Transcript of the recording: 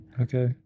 okay